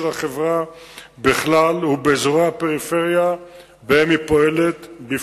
החברה בכלל ובאזורי הפריפריה שבהם היא פועלת בפרט.